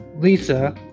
Lisa